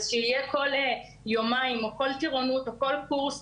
אז שיהיו שיחות כל יומיים או כל טירונות או כל קורס,